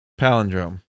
Palindrome